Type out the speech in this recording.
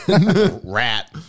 Rat